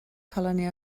colony